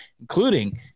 including –